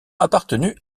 appartenu